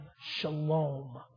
shalom